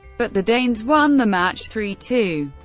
but the danes won the match three two.